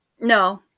no